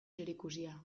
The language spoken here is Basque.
zerikusia